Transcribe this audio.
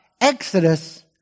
exodus